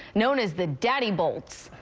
known as the daddy bolts.